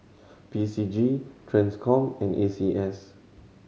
P C G Transcom and A C S